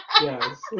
Yes